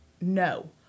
No